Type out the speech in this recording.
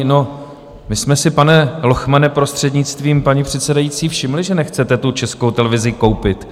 No, my jsme si, pane Lochmane, prostřednictvím paní předsedající, všimli, že nechcete tu Českou televizi koupit.